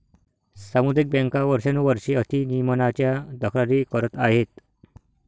सामुदायिक बँका वर्षानुवर्षे अति नियमनाच्या तक्रारी करत आहेत